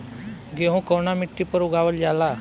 गेहूं कवना मिट्टी पर उगावल जाला?